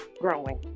growing